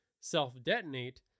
self-detonate